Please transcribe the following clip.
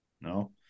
No